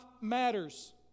matters